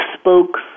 spoke